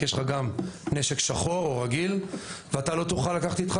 יש לו גם נשק שחור או רגיל ושההוא לא יוכל לקחת אותו איתו,